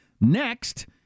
next